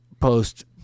post